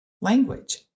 language